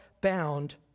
bound